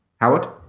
Howard